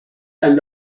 ein